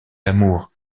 l’amour